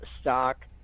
stock